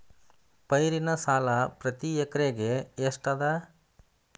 ಪೈರಿನ ಸಾಲಾ ಪ್ರತಿ ಎಕರೆಗೆ ಎಷ್ಟ ಅದ?